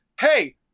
hey